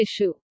issue